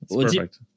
perfect